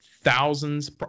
thousands